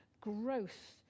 growth